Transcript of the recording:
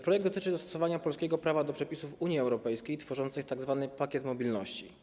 Projekt dotyczy dostosowania polskiego prawa do przepisów Unii Europejskiej tworzących tzw. pakiet mobilności.